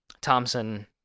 Thompson